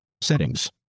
Settings